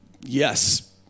yes